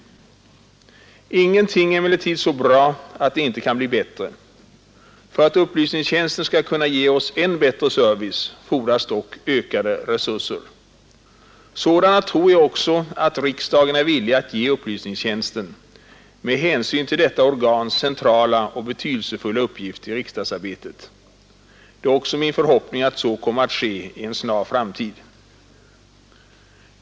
Ingenting är emellertid så bra att det inte kan bli bättre. För att upplysningstjänsten skall kunna ge oss än bättre service fordras dock ökade resurser. Sådana tror jag också att riksdagen är villig ge upplysningstjänsten med hänsyn till detta organs centrala och betydelsefulla uppgift i riksdagsarbetet. Det är min förhoppning att så kommer att ske i en snar framtid.